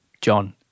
John